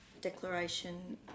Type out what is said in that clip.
Declaration